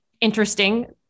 interesting